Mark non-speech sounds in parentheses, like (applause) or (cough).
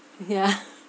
yeah (laughs)